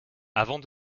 avant